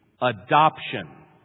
adoption